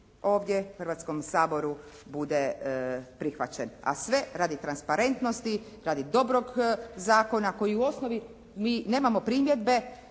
ovdje Hrvatskom saboru, bude prihvaćen, a sve radi transparentnosti, radi dobrog zakona koji u osnovi mi nemamo primjedbe